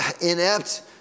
inept